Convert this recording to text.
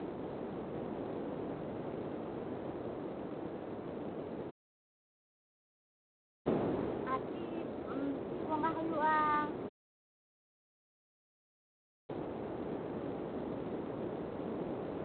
ᱟᱨ ᱪᱮᱫ ᱪᱮᱫ ᱵᱚᱸᱜᱟ ᱦᱩᱭᱩᱜᱼᱟ